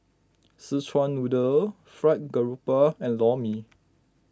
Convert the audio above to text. Szechuan Noodle Fried Garoupa and Lor Mee